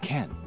Ken